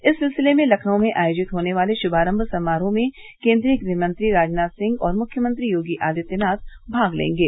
इस सिलसिले में लखनऊ में आयोजित होने वाले शुमारम्म समारोह में केन्दीय गृहमंत्री राजनाथ सिंह और मुख्यमंत्री योगी आदित्यनाथ भाग लेंगे